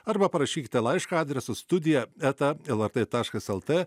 arba parašykite laišką adresu studija eta lrt taškas lt